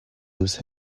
lose